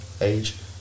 age